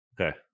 Okay